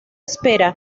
espera